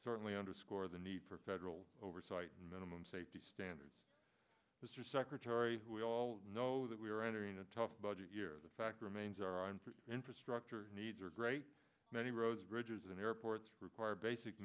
certainly underscore the need for federal oversight minimum safety standards mr secretary who we all know that we are entering a tough budget year the fact remains are and infrastructure needs are great many roads bridges and airports require basic